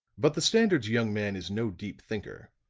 but the standard's young man is no deep thinker.